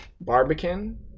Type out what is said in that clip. Barbican